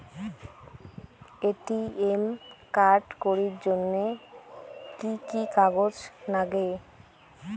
ATM card করির জন্যে কি কি কাগজ নাগে?